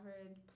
average